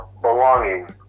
belonging